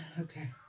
okay